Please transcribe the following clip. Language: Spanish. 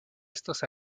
estos